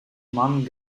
mann